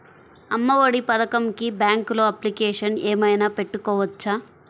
అమ్మ ఒడి పథకంకి బ్యాంకులో అప్లికేషన్ ఏమైనా పెట్టుకోవచ్చా?